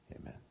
Amen